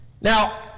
Now